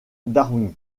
darwin